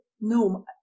no